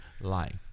life